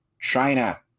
China